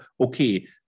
okay